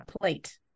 plate